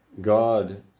God